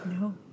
No